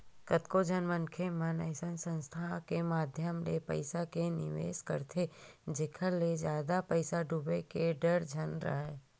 कतको झन मनखे मन अइसन संस्था मन के माधियम ले पइसा के निवेस करथे जेखर ले जादा पइसा डूबे के डर झन राहय